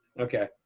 okay